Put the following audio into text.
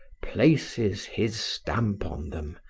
places his stamp on them,